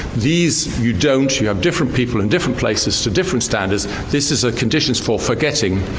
these, you don't. you have different people, in different places, to different standards this is a conditions for forgetting,